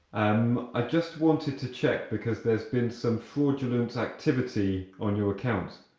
um i just wanted to check, because there's been some fraudulent activity on your account.